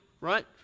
right